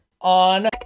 on